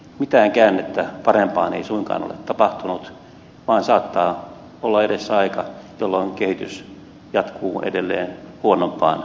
mitään käännettä parempaan ei suinkaan ole tapahtunut vaan saattaa olla edessä aika jolloin kehitys jatkuu edelleen huonompaan suuntaan